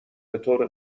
بطور